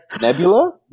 Nebula